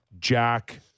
jack